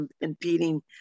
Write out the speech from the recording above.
impeding